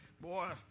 boy